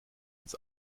ins